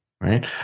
right